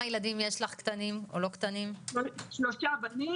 שלושה בנים.